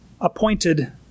appointed